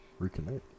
reconnect